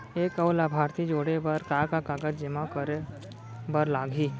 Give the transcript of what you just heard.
एक अऊ लाभार्थी जोड़े बर का का कागज जेमा करे बर लागही?